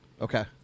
Okay